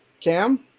Cam